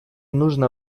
нужно